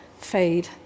fade